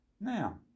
Now